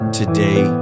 today